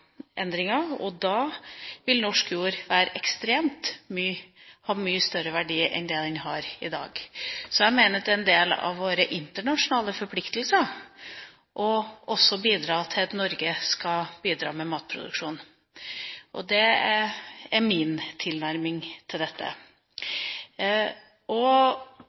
ulike klimaendringer. Da vil norsk jord ha mye større verdi enn det den har i dag. Jeg mener det er en del av våre internasjonale forpliktelser også å bidra til at Norge skal bidra med matproduksjon. Det er min tilnærming til dette.